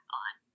on